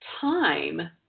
time